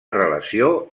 relació